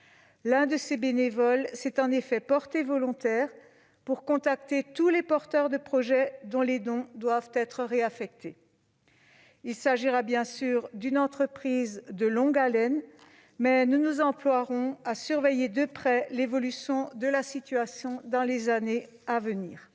L'un de ses bénévoles s'est en effet porté volontaire pour contacter tous les porteurs de projet dont les dons doivent être réaffectés. Il s'agira bien sûr d'une entreprise de longue haleine, mais nous nous emploierons à surveiller de près l'évolution de la situation dans les années à venir.